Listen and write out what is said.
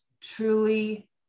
truly